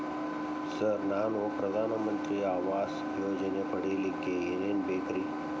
Sir ನಾನು ಪ್ರಧಾನ ಮಂತ್ರಿ ಆವಾಸ್ ಯೋಜನೆ ಪಡಿಯಲ್ಲಿಕ್ಕ್ ಏನ್ ಏನ್ ಬೇಕ್ರಿ?